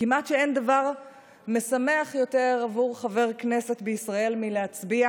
כמעט אין דבר משמח יותר בעבור חבר הכנסת בישראל מלהצביע